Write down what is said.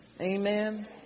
Amen